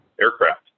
aircraft